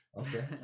Okay